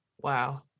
wow